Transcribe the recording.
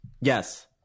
yes